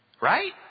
right